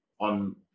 on